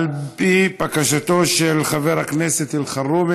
על פי בקשתו של חבר הכנסת אלחרומי,